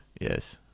Yes